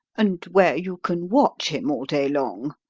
and where you can watch him all day long.